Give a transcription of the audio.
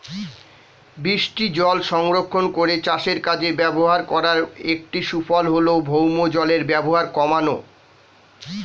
বৃষ্টিজল সংরক্ষণ করে চাষের কাজে ব্যবহার করার একটি সুফল হল ভৌমজলের ব্যবহার কমানো